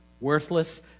Worthless